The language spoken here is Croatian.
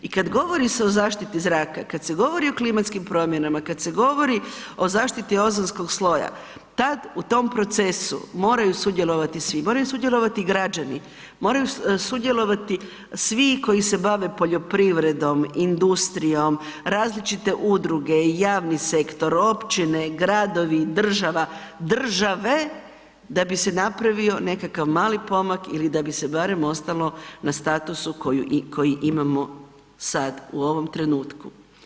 I kada se govori o zaštiti zraka, kada se govori o klimatskim promjenama, kada se govori o zaštiti ozonskog sloja, tada u tom procesu moraju sudjelovati svi, moraju sudjelovati građani, moraju sudjelovati svi koji se bave poljoprivredom, industrijom, različite udruge, javni sektor, općine, gradovi, država, države da bi se napravio nekakav mali pomak ili da bi se barem ostalo na statusu koji imamo sada u ovom trenutku.